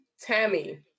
Tammy